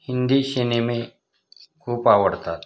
हिंदी शिनेमे खूप आवडतात